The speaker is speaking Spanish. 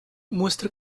muestra